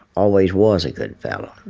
always was a good fella.